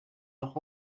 auch